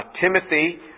Timothy